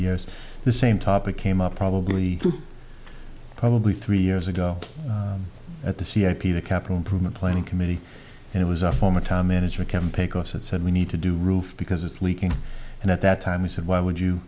years the same topic came up probably probably three years ago at the c h p the capital improvement planning committee and it was a former top management campaign cos it said we need to do roof because it's leaking and at that time we said why would you